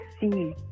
see